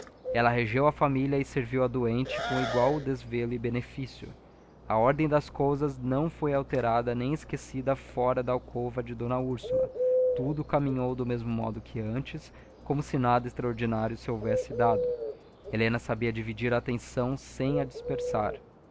ela regeu a família e serviu a doente com igual desvelo e benefício a ordem das coisas não foi alterada nem esquecida fora da alcova de d úrsula tudo caminhou do mesmo modo que antes como se nada extraordinário se houvesse dado helena sabia dividir a atenção sem a dispersar